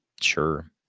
sure